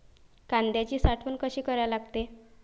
कांद्याची साठवन कसी करा लागते?